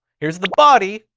here's the body.